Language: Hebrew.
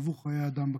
שגבו חיי אדם בכבישים.